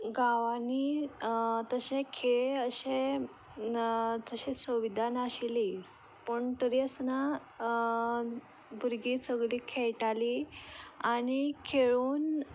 गांवांनी तशे खेळ अशे तशी सुविदा नाशिल्ली पूण तरी आसतना भुरगीं सगलीं खेळटाली आनी खेळून